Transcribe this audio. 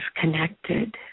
connected